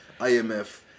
imf